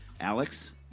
Alex